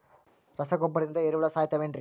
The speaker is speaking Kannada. ರಸಗೊಬ್ಬರದಿಂದ ಏರಿಹುಳ ಸಾಯತಾವ್ ಏನ್ರಿ?